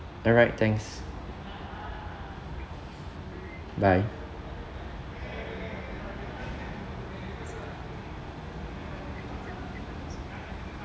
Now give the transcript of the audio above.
alright thanks bye